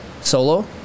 Solo